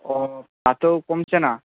ও তাতেও কমছে না